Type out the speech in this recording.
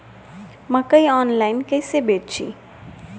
मकई आनलाइन कइसे बेची?